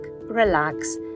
relax